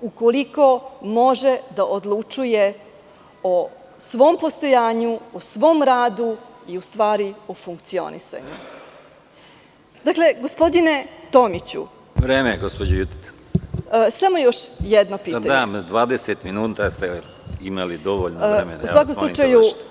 ukoliko može da odlučuje o svom postojanju, o svom radu i u stvari o funkcionisanju. (Predsedavajući: Vreme, gospođo Judita, već 20 minuta govorite.) Samo još jedno pitanje.